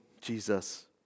Jesus